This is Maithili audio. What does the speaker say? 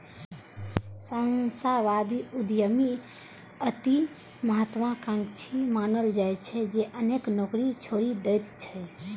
सहस्राब्दी उद्यमी अति महात्वाकांक्षी मानल जाइ छै, जे अनेक नौकरी छोड़ि दैत छै